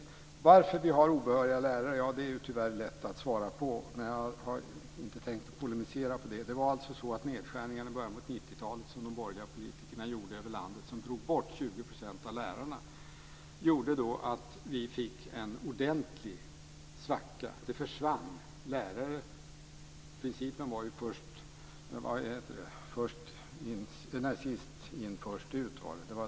Frågan varför vi har obehöriga lärare är det tyvärr lätt att svara på, även om jag inte hade tänkt att polemisera om det. De nedskärningar som de borgerliga politikerna genomförde över landet i början av 90 talet drog bort 20 % av lärarna. Detta gjorde att vi fick en ordentlig svacka. Det försvann lärare. Principen var sist in, först ut.